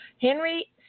Henry